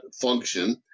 function